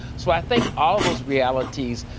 so, i think all of those realities,